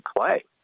play